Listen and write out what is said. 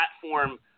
platform